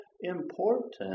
important